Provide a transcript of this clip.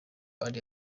ari